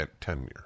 tenure